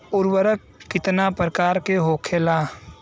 उर्वरक कितना प्रकार के होखेला?